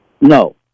no